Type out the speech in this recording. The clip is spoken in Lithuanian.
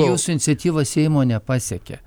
jūsų iniciatyva seimo nepasiekė